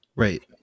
Right